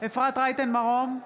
אפרת רייטן מרום,